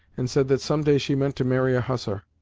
and said that some day she meant to marry a hussar,